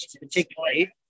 particularly